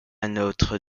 notre